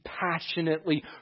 passionately